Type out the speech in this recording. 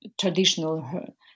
traditional